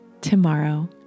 tomorrow